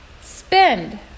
spend